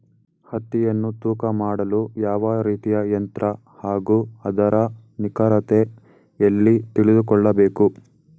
ಹತ್ತಿಯನ್ನು ತೂಕ ಮಾಡಲು ಯಾವ ರೀತಿಯ ಯಂತ್ರ ಹಾಗೂ ಅದರ ನಿಖರತೆ ಎಲ್ಲಿ ತಿಳಿದುಕೊಳ್ಳಬೇಕು?